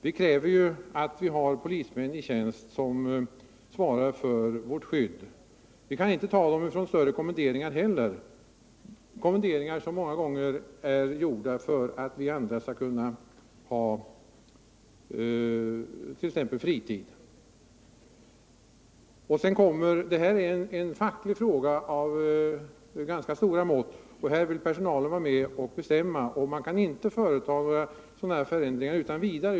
Vi kräver ju att det skall finnas polismän i tjänst som svarar för vårt skydd. Och inte heller kan vi ta några poliser från större kommenderingar, där uppgiften många gånger är att se till att vi andra kan ha en ostörd fritid. Detta är en facklig fråga, och där vill personalen vara med och bestämma. Man kan inte göra förändringar utan vidare.